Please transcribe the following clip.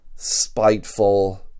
spiteful